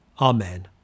Amen